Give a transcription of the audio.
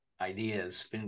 ideas